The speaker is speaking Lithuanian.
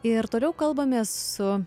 ir toliau kalbamės su